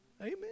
Amen